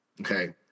Okay